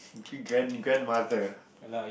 g~ grand grandmother